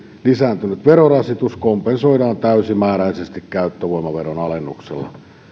lisääntynyt verorasitus kompensoidaan täysimääräisesti käyttövoimaveron alennuksella